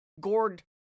Gord